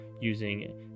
using